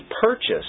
purchased